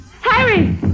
Harry